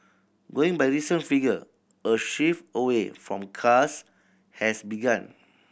going by recent figure a shift away from cars has begun